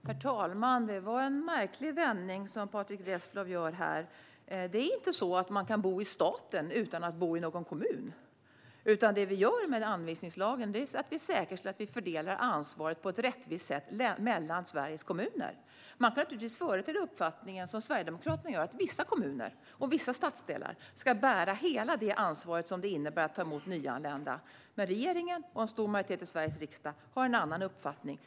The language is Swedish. Herr talman! Det var en märklig vändning som Patrick Reslow gjorde. Man kan inte bo i staten utan att bo i någon kommun. Det vi gör med anvisningslagen är att vi säkerställer att vi fördelar ansvaret på ett rättvist sätt mellan Sveriges kommuner. Man kan naturligtvis företräda uppfattningen, som Sverigedemokraterna gör, att vissa kommuner och vissa stadsdelar ska bära hela det ansvar som det innebär att ta emot nyanlända. Men regeringen och en stor majoritet i Sveriges riksdag har en annan uppfattning.